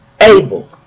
able